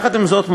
עם זאת,